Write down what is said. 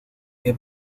que